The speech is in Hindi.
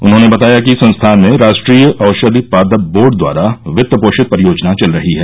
उन्होंने बताया कि संस्थान में राष्ट्रीय औषधि पादप बोर्ड द्वारा वित्त पोषित परियोजना चल रही है